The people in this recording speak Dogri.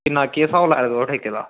ते केह् स्हाब लाया तुसें ठेके दा